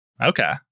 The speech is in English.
Okay